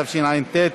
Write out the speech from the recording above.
התשע"ט 2018,